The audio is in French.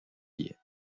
billets